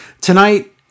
Tonight